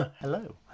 hello